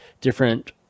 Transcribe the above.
different